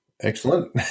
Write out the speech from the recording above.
Excellent